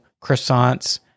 croissants